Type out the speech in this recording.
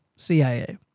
CIA